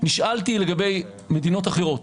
נשאלתי לגבי מדינות אחרות,